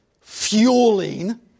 fueling